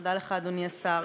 תודה לך, אדוני השר,